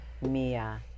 Mia